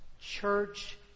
church